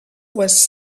was